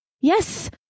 Yes